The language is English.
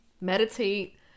meditate